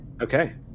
Okay